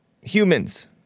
humans